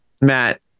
Matt